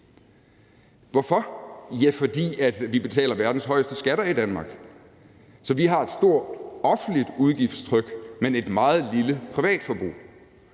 Hvorfor? Ja, det er, fordi vi betaler verdens højeste skatter i Danmark, så vi har et stort offentligt udgiftstryk, men et meget lille privatforbrug.